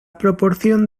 proporción